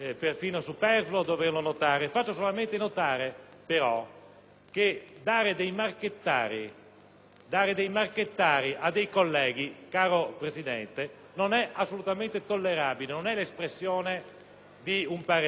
dare dei "marchettari" ad altri colleghi, caro Presidente, non è assolutamente tollerabile. Non è l'espressione di un parere, non è l'espressione di una valutazione, non è l'espressione di alcunché. È semplicemente un'offesa, almeno